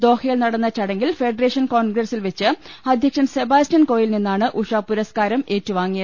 ദോഹയിൽ നടന്ന ചടങ്ങിൽ ഫെഡറേഷൻ കോൺഗ്രസിൽ വെച്ച് അധ്യക്ഷൻ സെബാസ്റ്റ്യൻ കോയിൽ നിന്നാണ് ഉഷ പുരസ്കാരം ഏറ്റുവാങ്ങിയത്